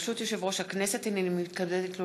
ברשות יושב-ראש הכנסת, הנני מתכבדת להודיעכם,